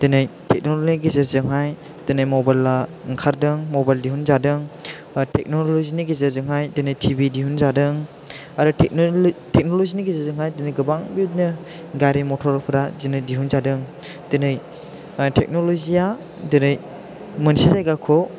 दिनै टेक्नलजिनि गेजेरजोंहाय दिनै मबाइलआ ओंखारदों मबाइल दिहुन जादों बा टेक्नलजिनि गेजेरजोंहाय दिनै टि भि दिहुन जादों आरो टेक्नलजिनि गेजेरजोंहाय दोनै गोबां बेबायदिनो गारि मटरफ्रा दिनै दिहुन जादों दिनै टेक्नलजिया दिनै मोनसे जायगाखौ